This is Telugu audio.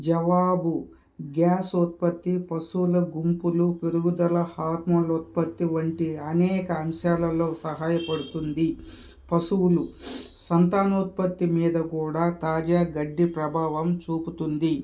జవాబు గ్యాస్ ఉత్పత్తి పశువుల గుంపులు పెరుగుదల హార్మోన్ ఉత్పత్తి వంటి అనేక అంశాలలో సహాయపడుతుంది పశువులు సంతాన ఉత్పత్తి మీద కూడా తాజా గడ్డి ప్రభావం చూపుతుంది